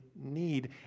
need